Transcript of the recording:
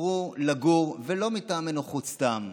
שבחרו לגור, ולא מטעמי נוחות סתם,